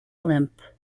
limp